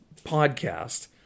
podcast